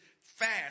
fast